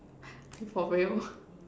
are you for real